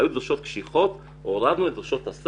היו דרישות קשיחות והורדנו אותן.